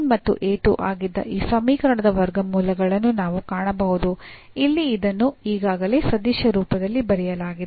ಮತ್ತು ಆಗಿದ್ದ ಈ ಸಮೀಕರಣದ ವರ್ಗಮೂಲಗಳನ್ನು ನಾವು ಕಾಣಬಹುದು ಇಲ್ಲಿ ಇದನ್ನು ಈಗಾಗಲೇ ಸದಿಶ ರೂಪದಲ್ಲಿ ಬರೆಯಲಾಗಿದೆ